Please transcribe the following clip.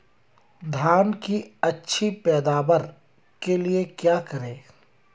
धान की अच्छी पैदावार के लिए क्या करें?